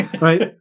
right